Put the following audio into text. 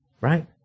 right